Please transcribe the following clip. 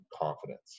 confidence